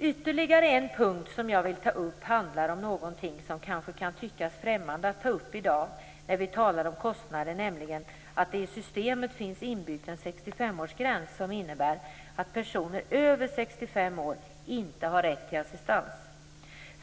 "Ytterligare en punkt som jag vill ta upp handlar om någonting som kanske kan tyckas främmande att ta upp i dag när vi talar om kostnader, nämligen att det i systemet finns inbyggt en 65 årsgräns som innebär att personer över 65 år inte har rätt till assistans.